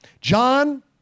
John